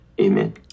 amen